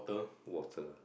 who was the